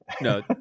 No